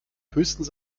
höchstens